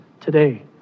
today